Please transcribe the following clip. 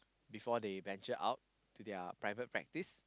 before they venture out to their private practice